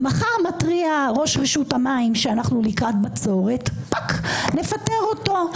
מחר מתריע ראש רשות המים שאנחנו לקראת בצורת נפטר אותו.